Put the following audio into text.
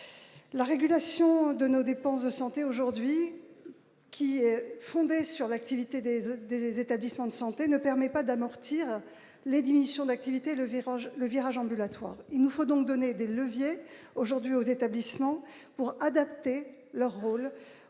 la régulation de nos dépenses de santé aujourd'hui qui est fondée sur l'activité des des établissements de santé ne permet pas d'amortir les diminutions d'activité, le virage ambulatoire, il nous faut donc donner des leviers aujourd'hui aux établissements pour adapter leur rôle